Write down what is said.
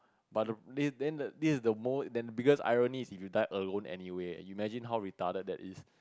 but the then the this is more the biggest irony is you die alone anyway you imagine how retarded that is